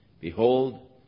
Behold